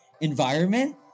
environment